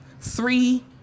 three